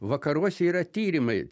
vakaruose yra tyrimai